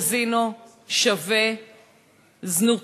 קזינו = זנות.